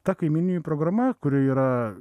ta kaimynijų programa kuri yra